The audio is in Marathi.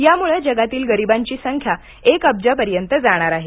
यामुळं जगातील गरिबांची संख्या एक अब्जापर्यंत जाणार आहे